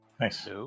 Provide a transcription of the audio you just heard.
Nice